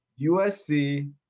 USC